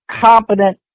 competent